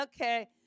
Okay